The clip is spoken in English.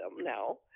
now